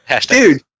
dude